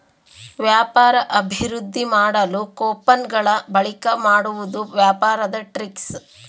ವ್ಯಾಪಾರ ಅಭಿವೃದ್ದಿ ಮಾಡಲು ಕೊಪನ್ ಗಳ ಬಳಿಕೆ ಮಾಡುವುದು ವ್ಯಾಪಾರದ ಟ್ರಿಕ್ಸ್